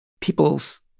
people's